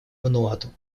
вануату